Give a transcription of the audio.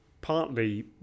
partly